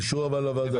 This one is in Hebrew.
באישור הוועדה.